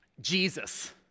Jesus